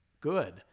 good